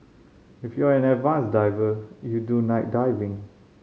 if you're an advanced diver you do night diving